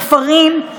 בכפרים,